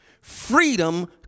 Freedom